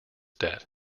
debt